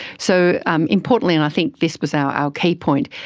so um importantly, and i think this was our ah key point,